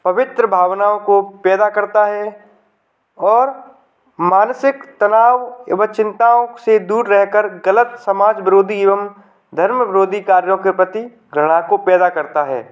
पवित्र भावनाओं को पैदा करता है और मानसिक तनाव एवं चिंताओं से दूर रहकर गलत समाज विरोधी एवं धर्म विरोधी कार्यों के प्रति घृणा को पैदा करता है